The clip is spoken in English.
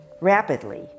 rapidly